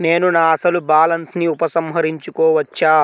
నేను నా అసలు బాలన్స్ ని ఉపసంహరించుకోవచ్చా?